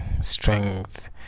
strength